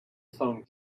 phones